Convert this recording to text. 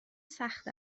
سخت